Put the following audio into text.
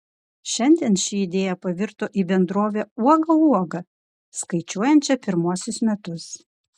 šiandien ši idėja pavirto į bendrovę uoga uoga skaičiuojančią pirmuosius metus